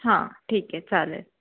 हां ठीक आहे चालेल